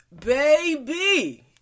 baby